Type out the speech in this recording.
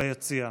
ביציע.